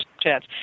chance